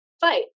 fight